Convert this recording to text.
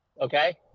okay